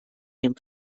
dem